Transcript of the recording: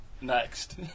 Next